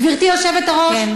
גברתי היושבת-ראש,